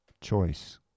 choice